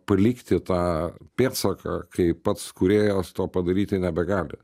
palikti tą pėdsaką kai pats kūrėjas to padaryti nebegali